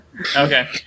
Okay